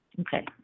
Okay